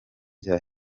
bya